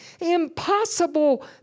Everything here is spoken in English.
impossible